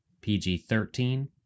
pg-13